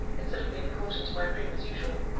instead of being brought into my room as usual.